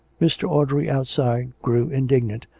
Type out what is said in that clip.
mr. audrey outside grew indignant,